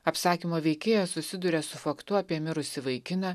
apsakymo veikėjas susiduria su faktu apie mirusį vaikiną